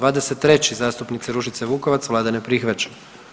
23. zastupnica Ružice Vukovac, Vlada ne prihvaća.